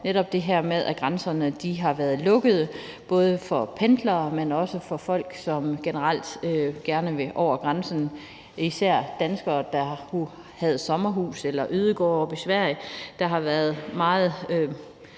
rigtig mange år, hvor grænserne har været lukkede både for pendlere, men også for folk, som generelt gerne vil over grænsen, især danskere, der har et sommerhus eller en ødegård i Sverige, og der har været en